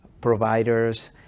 providers